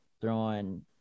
throwing